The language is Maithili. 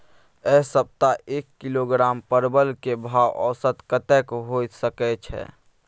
ऐ सप्ताह एक किलोग्राम परवल के भाव औसत कतेक होय सके छै?